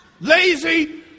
Lazy